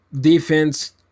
Defense